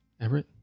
Everett